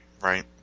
right